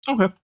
Okay